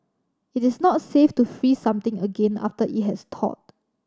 it is not safe to freeze something again after it has thawed